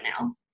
now